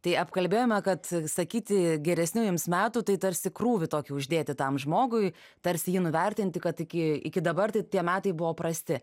tai apkalbėjome kad sakyti geresnių jums metų tai tarsi krūvį tokį uždėti tam žmogui tarsi jį nuvertinti kad iki iki dabar tai tie metai buvo prasti